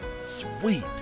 Sweet